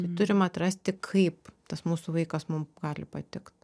turim atrasti kaip tas mūsų vaikas mum gali patikt